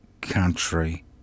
country